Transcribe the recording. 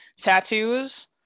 tattoos